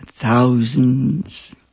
thousands